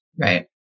Right